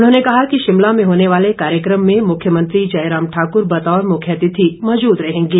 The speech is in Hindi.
उन्होंने कहा कि शिमला में होने वाले कार्यक्रम में मुख्यमंत्री जयराम ठाकुर बतौर मुख्यातिथि मौजूद रहेंगे